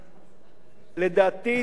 לדעתי,